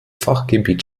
fachgebiet